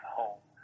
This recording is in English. home